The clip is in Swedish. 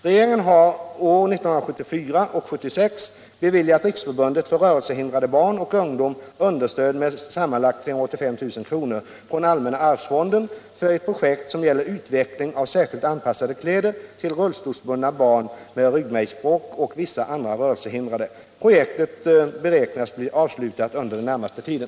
Regeringen har åren 1974 och 1976 beviljat Riksförbundet för rörelsehindrade barn och ungdomar understöd med sammanlagt 385 000 kr. från allmänna arvsfonden för ett projekt som gäller utveckling av särskilt anpassade kläder till rullstolsbundna barn med ryggmärgsbråck och vissa andra rörelsehindrade. Projektet beräknas bli avslutat under den närmaste tiden.